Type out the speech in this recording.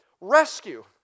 rescue